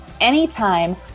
anytime